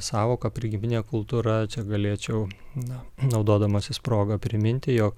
sąvoką prigimtinė kultūra čia galėčiau na naudodamasis proga priminti jog